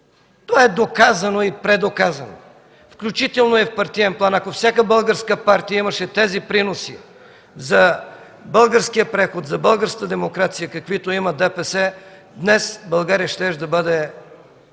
Това е доказано и предоказано, включително и в партиен план. Ако всяка българска партия имаше тези приноси за българския преход, за българската демокрация, каквито има ДПС, днес България щеше да бъде